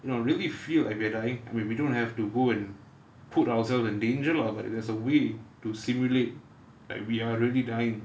you know really feel like we're dying I mean we don't have to go and put ourselves in danger lah but there's a way to simulate like we are really dying